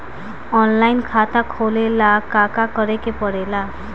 Online खाता खोले ला का का करे के पड़े ला?